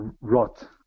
rot